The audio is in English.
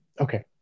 okay